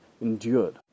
endured